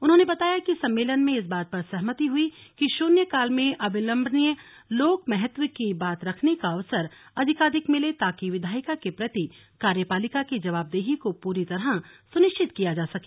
उन्होंने बताया कि सम्मेलन में इस बात पर सहमति हुई कि शुन्यकाल में अविलंबनीय लोक महत्व की बात रखने का अवसर अधिकाधिक मिले ताकि विधायिका के प्रति कार्यपालिका की जवाबदेही को पूरी तरह सुनिश्चित किया जा सके